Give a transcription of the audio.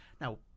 Now